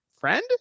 friend